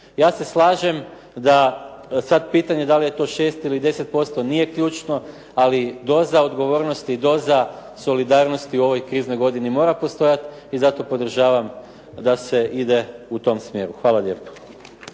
Ja se slažem da, sad pitanje da li je to 6 ili 10% nije ključno ali doza odgovornosti i doza solidarnosti u ovoj kriznoj godini mora postojati i zato podržavam da se ide u tom smjeru. Hvala lijepo.